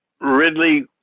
Ridley